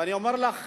ואני אומר לך,